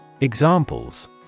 Examples